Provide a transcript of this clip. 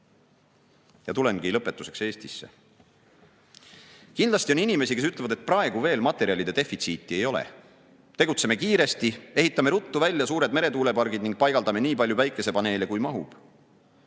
toodaks. Tulengi lõpetuseks Eestisse. Kindlasti on inimesi, kes ütlevad, et praegu veel materjalide defitsiiti ei ole. Tegutseme kiiresti, ehitame ruttu välja suured meretuulepargid ning paigaldame nii palju päikesepaneele, kui mahub.